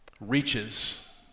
reaches